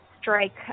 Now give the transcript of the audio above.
strike